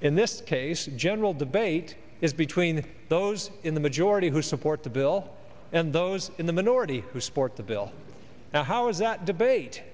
in this case general debate is between those in the majority who support the bill and those in the minority who support the bill now how is that